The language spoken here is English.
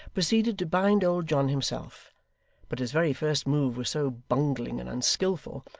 proceeded to bind old john himself but his very first move was so bungling and unskilful,